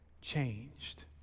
changed